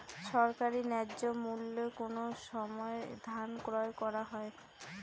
সরকারি ন্যায্য মূল্যে কোন সময় ধান ক্রয় করা হয়?